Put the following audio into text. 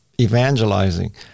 evangelizing